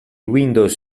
windows